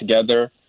together